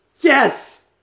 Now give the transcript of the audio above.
yes